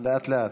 לאט-לאט.